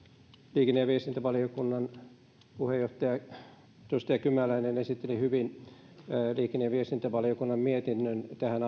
liikenne ja viestintävaliokunnan puheenjohtaja edustaja kymäläinen esitteli hyvin liikenne ja viestintävaliokunnan mietinnön tähän